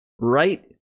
Right